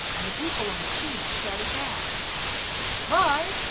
and the people on the steamer shouted back good-bye!